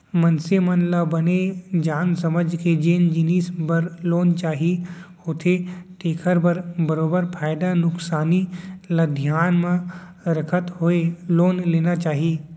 मनसे मन ल बने जान समझ के जेन जिनिस बर लोन चाही होथे तेखर बर बरोबर फायदा नुकसानी ल धियान म रखत होय लोन लेना चाही